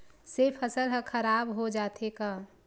से फसल ह खराब हो जाथे का?